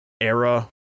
era